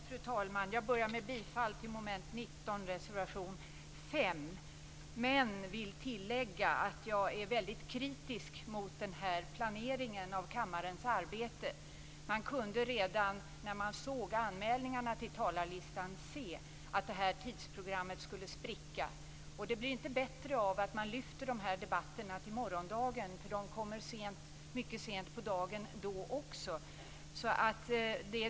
Fru talman! Jag börjar med att yrka bifall till reservation 5 under mom. 19. Jag vill dock tillägga att jag är väldigt kritisk mot den här planeringen av kammarens arbete. Redan när man såg anmälningarna till talarlistan kunde man se att tidsprogrammet skulle spricka. Inte blir det bättre av att man lyfter de här debatterna till morgondagen, för de kommer mycket sent på dagen också då.